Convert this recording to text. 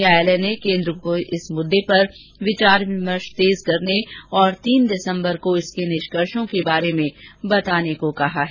न्यायालय ने केन्द्र को इस मुद्दे पर विचार विमर्श तेज करने और तीन दिसम्बर को इसके निष्कर्षो के बारे में बताने को कहा है